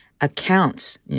accounts